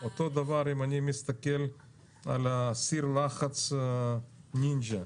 אותו דבר אם אני מסתכל על סיר לחץ נינג'ה,